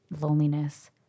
loneliness